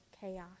chaos